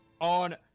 On